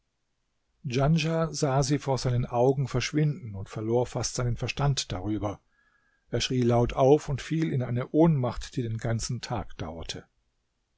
djanschah sah sie vor seinen augen verschwinden und verlor fast seinen verstand darüber er schrie laut auf und fiel in eine ohnmacht die den ganzen tag dauerte